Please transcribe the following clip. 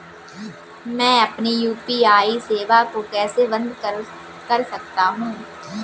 मैं अपनी यू.पी.आई सेवा को कैसे बंद कर सकता हूँ?